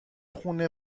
خونه